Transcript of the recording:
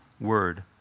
word